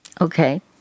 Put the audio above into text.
Okay